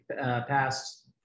past